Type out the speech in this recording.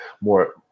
more